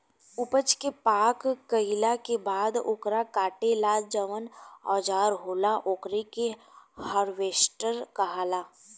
ऊपज के पाक गईला के बाद ओकरा काटे ला जवन औजार होला ओकरा के हार्वेस्टर कहाला